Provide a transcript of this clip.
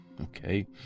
Okay